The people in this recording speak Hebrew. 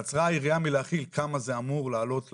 קצרה היריעה מלהכיל כמה זה אמור לעלות למדינה.